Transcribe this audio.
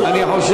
לי.